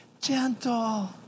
gentle